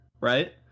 right